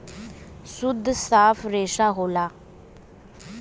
सुद्ध साफ रेसा होला